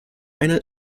eine